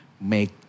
make